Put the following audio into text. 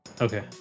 Okay